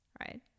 right